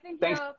Thanks